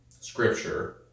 scripture